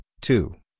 two